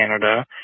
Canada